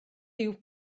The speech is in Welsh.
dyw